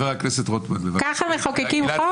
ככה מחוקקים חוק?